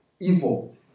Evil